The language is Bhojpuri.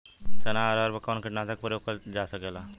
चना अरहर पर कवन कीटनाशक क प्रयोग कर जा सकेला?